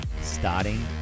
starting